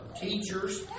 teachers